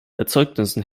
erzeugnissen